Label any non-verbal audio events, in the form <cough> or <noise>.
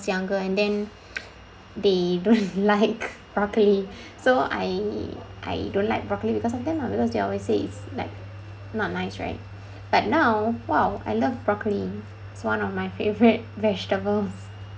younger and then <noise> they don't <laughs> like broccoli <breath> so I I don't like broccoli because of them lah because they always say is like not nice right but now !wow! I love broccoli it's one of my favourite vegetables